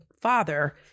father